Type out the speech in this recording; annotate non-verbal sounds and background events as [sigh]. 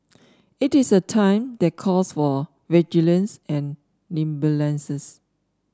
it is a time that calls for vigilance and [unintelligible]